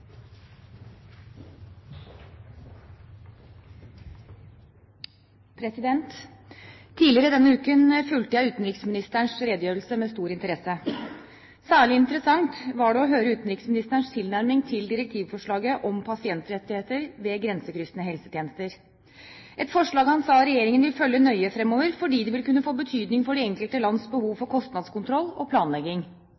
Tidligere denne uken fulgte jeg utenriksministerens redegjørelse med stor interesse. Særlig interessant var det å høre utenriksministerens tilnærming til direktivforslaget om pasientrettigheter ved grensekryssende helsetjenester, et forslag han sa regjeringen vil følge nøye fremover, fordi det vil kunne få betydning for de enkelte lands behov